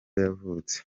yavutse